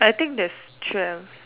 I think there's twelve